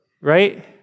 Right